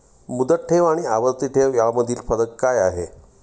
मुदत ठेव आणि आवर्ती ठेव यामधील फरक काय आहे?